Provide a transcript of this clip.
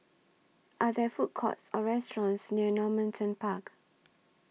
Are There Food Courts Or restaurants near Normanton Park